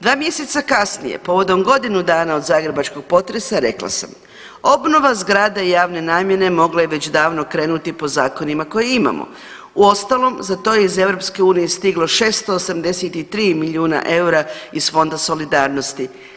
Dva mjeseca kasnije povodom godinu dana od zagrebačkog potresa rekla sam, obnova zgrade javne namjene mogla je već davno krenuti po zakonima koje imamo, uostalom za to je iz EU stiglo 683 milijuna EUR-a iz Fonda solidarnosti.